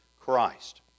Christ